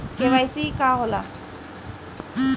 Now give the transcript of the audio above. KYC का होला?